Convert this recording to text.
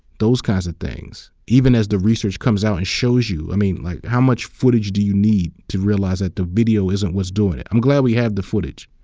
those kinds of things. even as the research comes out and shows you, i mean like, how much footage do you need to realize that the video isn't what's doing it? i'm glad we have the footage.